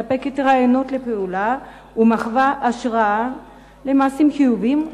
מספקת רעיונות לפעולה ומהווה השראה למעשים חיוביים,